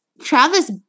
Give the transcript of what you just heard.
Travis